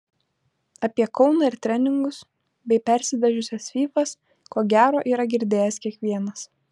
apie kauną ir treningus bei persidažiusias fyfas ko gero yra girdėjęs kiekvienas